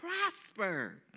prosper